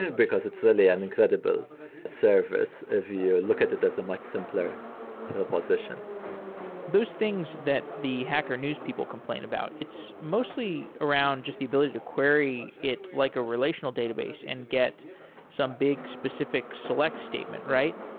because it's really an incredible service if you look at it as a much simpler proposition those things that the hacker news people complain about, it's mostly around just the ability to query it like a relational database and get some big, specific select statement, right?